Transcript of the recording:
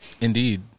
Indeed